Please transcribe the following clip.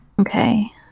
okay